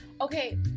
okay